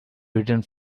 returned